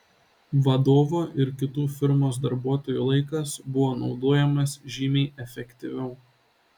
vadovo ir kitų firmos darbuotojų laikas buvo naudojamas žymiai efektyviau